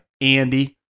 Andy